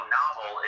novel